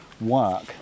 work